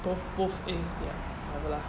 both both in ya whatever lah